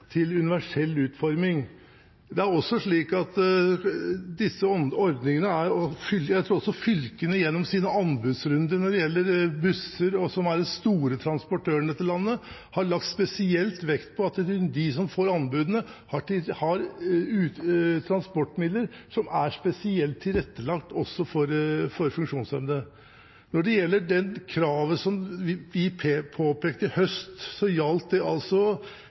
universell utforming. Jeg tror fylkene gjennom sine anbudsrunder når det gjelder busser, som er den store transportøren i dette landet, har lagt spesielt vekt på at de som får anbudene, har transportmidler som er spesielt tilrettelagt også for funksjonshemmede. Når det gjelder det kravet som vi påpekte i høst, gjaldt det